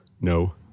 no